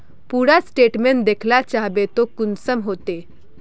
पूरा स्टेटमेंट देखला चाहबे तो कुंसम होते?